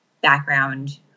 background